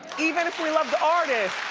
even if we love the artist.